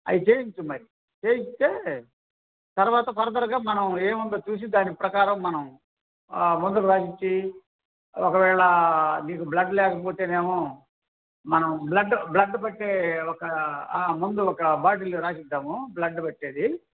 అవి చెయ్యించు మరి చెయ్యిస్తే తరువాత ఫర్దర్గా మనం ఏముందో చూసి దాని ప్రకారం మనం మందులు రాసిచ్చి ఒకవేళ నీకు బ్లడ్ లేకపోతేనేమో మనం బ్లడ్ బ్లడ్ పట్టే ఒక మందు ఒక బాటిల్లో రాసిద్దాము బ్లడ్ పట్టేది